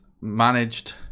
managed